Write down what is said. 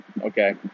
Okay